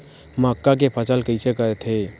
मक्का के फसल कइसे करथे?